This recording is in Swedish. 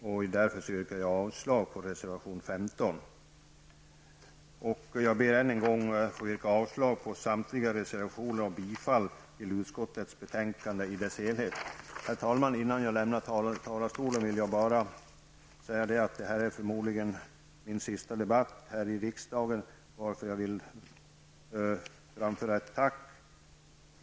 Jag yrkar därför avslag på reservation 15. Jag ber än en gång att få yrka avslag på samtliga reservationer och bifall till utskottets hemställan på samtliga punkter. Herr talman! Innan jag lämnar talarstolen vill jag, eftersom detta förmodligen är min sista debatt här i riksdagen, framföra ett tack.